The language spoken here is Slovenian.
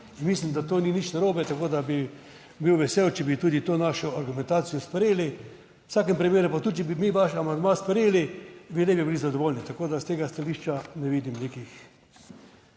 mislim, da to ni nič narobe, tako da bi bil vesel, če bi tudi to našo argumentacijo sprejeli, v vsakem primeru, pa tudi če bi mi vaš amandma sprejeli, vi ne bi bili zadovoljni. Tako, da s tega stališča ne vidim nekega